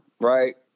right